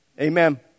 Amen